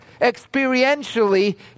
experientially